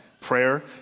prayer